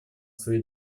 свои